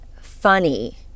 funny